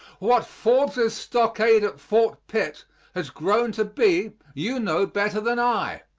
what forbes's stockade at fort pitt has grown to be you know better than i.